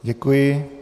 Děkuji.